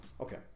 okay